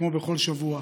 כמו בכל שבוע,